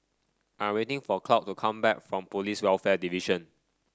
I'm waiting for Claud to come back from Police Welfare Division